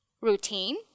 routine